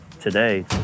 today